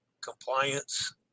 compliance